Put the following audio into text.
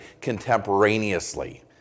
contemporaneously